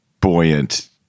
buoyant